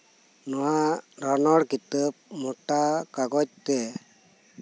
ᱱᱚᱶᱟ ᱨᱚᱱᱚᱲ ᱠᱤᱛᱟᱹᱵᱽ ᱢᱚᱴᱟ ᱠᱟᱜᱚᱡᱽ ᱛᱮ